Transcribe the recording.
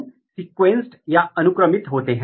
आप सह अभिव्यक्ति विश्लेषण की सहायता भी ले सकते हैं